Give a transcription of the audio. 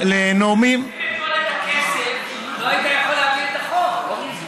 את הכסף, לא היית יכול להעביר את החוק.